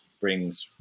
brings